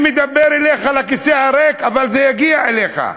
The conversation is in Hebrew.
אני מדבר אליך לכיסא הריק, אבל זה יגיע אליך.